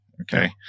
Okay